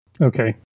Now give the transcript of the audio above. Okay